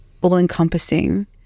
all-encompassing